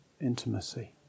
intimacy